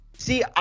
See